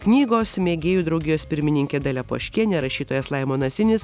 knygos mėgėjų draugijos pirmininkė dalia poškienė rašytojas laimonas inis